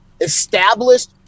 established